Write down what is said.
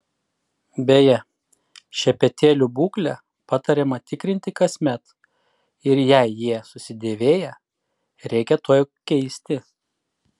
beje šepetėlių būklę patariama tikrinti kasmet ir jei jie susidėvėję reikia tuoj keisti